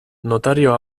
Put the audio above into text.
notario